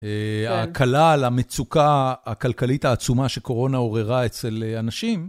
הכלל, המצוקה הכלכלית העצומה שקורונה עוררה אצל אנשים.